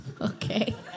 Okay